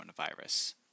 coronavirus